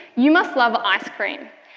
you must love ice cream,